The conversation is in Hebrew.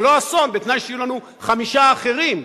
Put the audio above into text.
בתנאי שיהיו לנו חמישה אחרים.